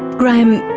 graham,